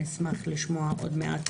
נשמח לשמוע עוד מעט